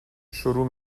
شروع